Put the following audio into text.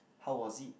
how was it